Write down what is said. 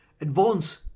Advance